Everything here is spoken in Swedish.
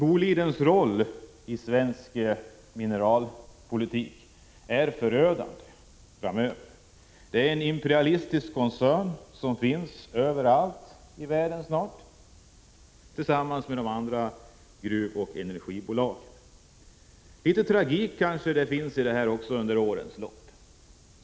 Bolidens roll i svensk mineralpolitik är förödande. Boliden är en imperialistisk koncern som snart finns etablerad överallt i världen tillsammans med de andra gruvoch energibolagen. Det finns mycket av tragik i utvecklingen under årens lopp.